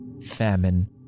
famine